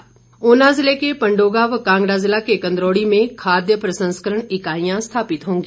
उद्योग इकाईयां ऊना जिले के पंडोगा व कांगड़ा जिला के कंदरौड़ी में खाद्य प्रसंस्करण इकाईयां स्थापित होगी